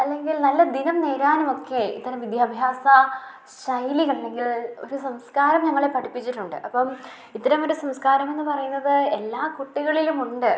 അല്ലെങ്കിൽ നല്ല ദിനം നേരാനുമൊക്കെ ഇത്തരം വിദ്യാഭ്യാസ ശൈലി കണ്ടെങ്കിൽ ഒരു സംസ്കാരം ഞങ്ങളെ പഠിപ്പിച്ചിട്ടുണ്ട് അപ്പം ഇത്തരം ഒരു സംസ്കാരമെന്നു പറയുന്നത് എല്ലാ കുട്ടികളിലുമുണ്ട്